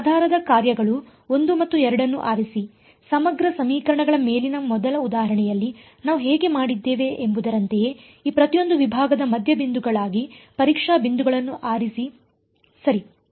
ಈ ಆಧಾರ ಕಾರ್ಯಗಳು 1 ಮತ್ತು 2 ಅನ್ನು ಆರಿಸಿ ಸಮಗ್ರ ಸಮೀಕರಣಗಳ ಮೇಲಿನ ಮೊದಲ ಉದಾಹರಣೆಯಲ್ಲಿ ನಾವು ಹೇಗೆ ಮಾಡಿದ್ದೇವೆ ಎಂಬುದರಂತೆಯೇ ಈ ಪ್ರತಿಯೊಂದು ವಿಭಾಗದ ಮಧ್ಯಬಿಂದುಗಳಾಗಿ ಪರೀಕ್ಷಾ ಬಿಂದುಗಳನ್ನು ಆರಿಸಿ ಸರಿ